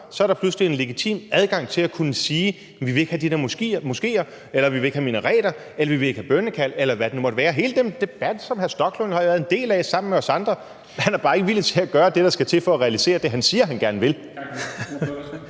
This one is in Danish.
er der pludselig en legitim adgang til at kunne sige, at man ikke vil have de der moskéer eller man ikke vil have minareter eller man ikke vil have bønnekald, eller hvad det nu måtte være. Hele den debat har hr. Rasmus Stoklund jo været en del af sammen med os andre, men han er bare ikke villig til at gøre det, der skal til, for at realisere det, han siger han gerne vil.